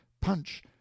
punch